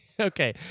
okay